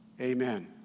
amen